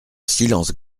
silence